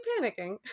panicking